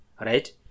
right